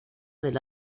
del